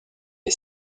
est